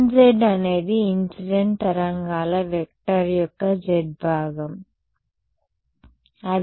k1z అనేది incident తరంగాల vector యొక్క z భాగం అది ఇక్కడ ఉంది